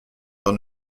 dans